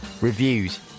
reviews